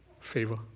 favor